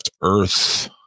Earth